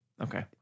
Okay